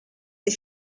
des